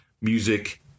music